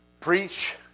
preach